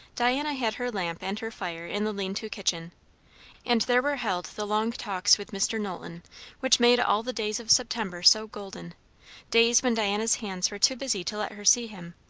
diana had her lamp and her fire in the lean-to kitchen and there were held the long talks with mr. knowlton which made all the days of september so golden days when diana's hands were too busy to let her see him,